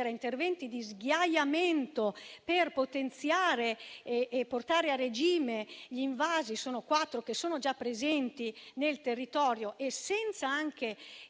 a interventi di sghiaiamento per potenziare e portare a regime gli invasi (sono quattro quelli già presenti nel territorio) e senza